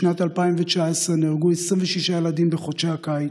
בשנת 2019 נהרגו 26 ילדים בחודשי הקיץ,